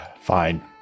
Fine